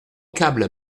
câble